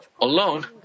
alone